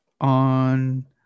on